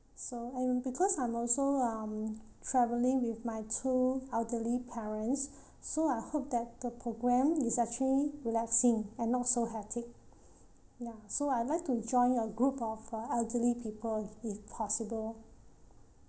so I'm because I'm also um travelling with my two elderly parents so I hope that the programme is actually relaxing and not so hectic ya so I'd like to join a group of uh elderly people if possible